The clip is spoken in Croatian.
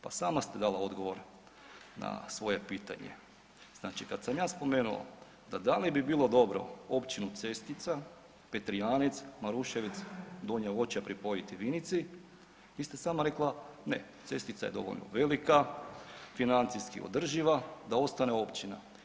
Pa sama ste dala odgovor na svoje pitanje, znači kada sam ja spomenuo da li bi bilo dobro da Općinu Cetica, Petrijanec, Maruševec, Donja Voća pripojiti Vinici, vi ste sami rekli ne, Cestica je dovoljno velika, financijski održiva da ostane općina.